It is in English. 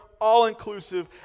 all-inclusive